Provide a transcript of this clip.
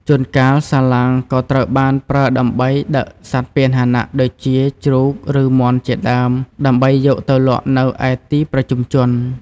ជួនកាលសាឡាងក៏ត្រូវបានប្រើដើម្បីដឹកសត្វពាហនៈដូចជាជ្រូកឬមាន់ជាដើម ដើម្បីយកទៅលក់នៅឯទីប្រជុំជន។